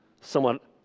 somewhat